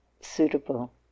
suitable